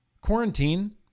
quarantine